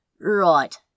Right